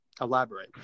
Elaborate